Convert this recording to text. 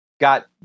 got